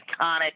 iconic